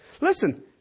Listen